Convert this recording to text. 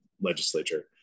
legislature